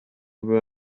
were